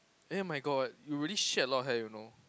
eh my god you really shed a lot of hair you know